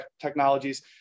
technologies